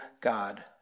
God